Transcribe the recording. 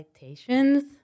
citations